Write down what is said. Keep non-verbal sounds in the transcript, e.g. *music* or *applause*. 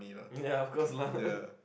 ya of course lah *laughs*